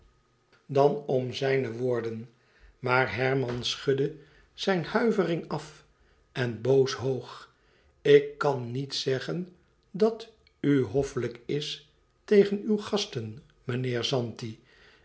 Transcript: dan om zijne woorden maar herman schudde zijne huivering af en boos hoog ik kan niet zeggen dat u hoffelijk is tegen uw gasten meneer zanti